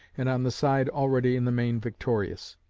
and on the side already in the main victorious.